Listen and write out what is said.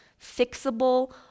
fixable